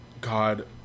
God